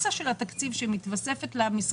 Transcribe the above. התקציב הבא נתחיל אותו בזמן כי נעמוד בפחות